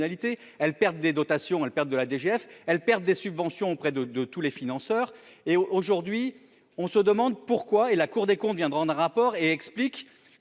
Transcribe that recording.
elles perdent des dotations à perte de la DGF elles perdent des subventions auprès de de tous les financeurs et aujourd'hui on se demande pourquoi, et la Cour des comptes viendront rapport et explique